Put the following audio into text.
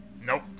nope